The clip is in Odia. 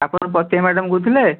ଆପଣ ପ୍ରତିଭା ମ୍ୟାଡ଼ାମ୍ କହୁଥିଲେ